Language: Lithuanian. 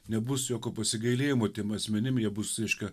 nebus jokio pasigailėjimo tiem asmenim jie bus reiškia